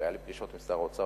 והיו לי פגישות עם שר האוצר